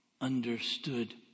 understood